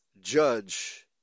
judge